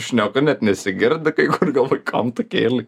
šneku net nesigirdi kai kur galvoju kam tu kėlėi